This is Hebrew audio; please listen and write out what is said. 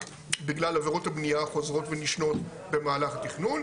בגלל עבירות הבנייה החוזרות ונשנות במהלך התכנון,